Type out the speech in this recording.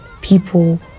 people